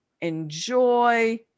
enjoy